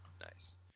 nice